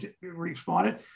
responded